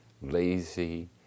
lazy